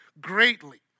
greatly